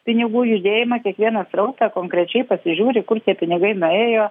pinigų judėjimą kiekvieną srautą konkrečiai pasižiūri kur tie pinigai nuėjo